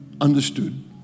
understood